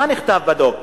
מה נכתב בדוח?